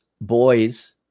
boys